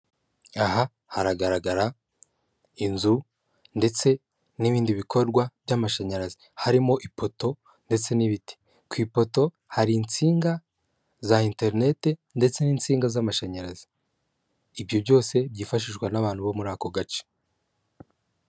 Aha haragaragara inzu ndetse n'ibindi bikorwa by'amashanyarazi harimo ipoto ndetse n'ibiti. Ku ipoto hari insinga za enterinete ndetse n'insinga z'amashanyarazi, ibyo byose byifashishwa n'abantu bo muri ako gace.